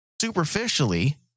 superficially